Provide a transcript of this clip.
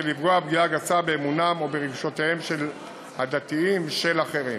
לפגוע פגיעה גסה באמונתם או ברגשותיהם הדתיים של אחרים.